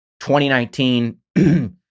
2019